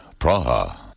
Praha